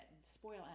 Spoil